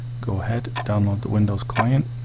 go ahead download the windows client